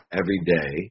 everyday